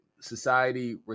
society